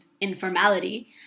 informality